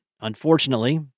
Unfortunately